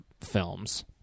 films